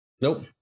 Nope